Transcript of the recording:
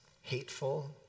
hateful